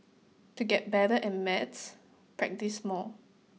to get better and maths practise more